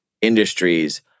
industries